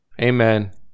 amen